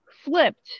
flipped